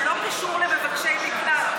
הוא לא קשור למבקשי מקלט,